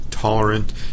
Tolerant